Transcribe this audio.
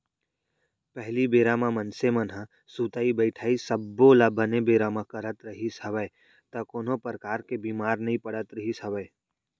पहिली बेरा म मनसे मन ह सुतई बइठई सब्बो ल बने बेरा म करत रिहिस हवय त कोनो परकार ले बीमार नइ पड़त रिहिस हवय